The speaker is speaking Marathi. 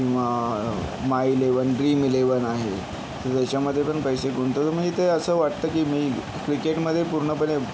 किंवा माय ईलेवन ड्रीम इलेवन आहे तर त्याच्यामध्येपण पैसे गुंतवतो मग इथे असं वाटतं की मी क्रिकेटमध्ये पूर्णपणे